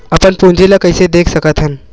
अपन पूंजी ला कइसे देख सकत हन?